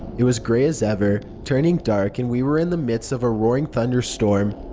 it was gray as ever, turning dark, and we were in the midst of a roaring thunderstorm.